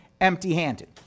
empty-handed